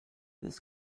this